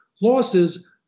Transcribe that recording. losses